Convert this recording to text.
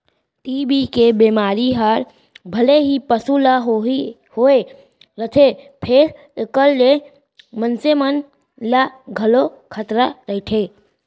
TB के बेमारी हर भले ही पसु ल होए रथे फेर एकर ले मनसे मन ल घलौ खतरा रइथे